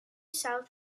south